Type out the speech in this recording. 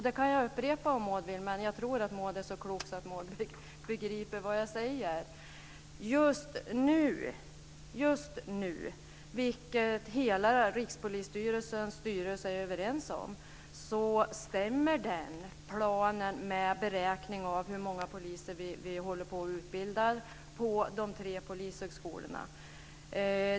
Det kan jag upprepa om Maud vill, men jag tror att Maud är så klok att hon begriper vad jag säger. Just nu, vilket hela Rikspolisstyrelsens styrelse är överens om, stämmer planen med beräkningen av hur många poliser som kommer att utbildas på de tre polishögskolorna.